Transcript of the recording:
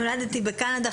נולדתי בקנדה,